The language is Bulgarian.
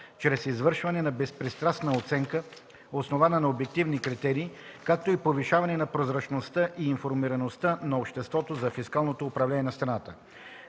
чрез извършване на безпристрастна оценка, основана на обективни критерии, както и повишаване на прозрачността и информираността на обществото за фискалното управление на страната.